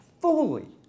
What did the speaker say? fully